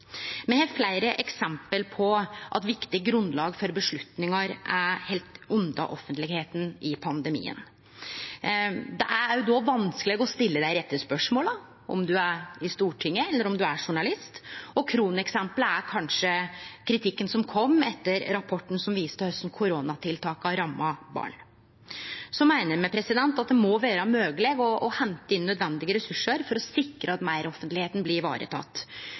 Me har fleire eksempel på at viktige grunnlag for avgjerder er haldne unna offentlegheita i pandemien. Då er det vanskeleg å stille dei rette spørsmåla – om det er i Stortinget, eller om det er som journalist. Kroneksempelet er kanskje kritikken som kom etter rapporten som viste korleis koronatiltaka ramma barn. Me meiner det må vere mogeleg å hente inn nødvendige ressursar for å sikre at meiroffentlegheit blir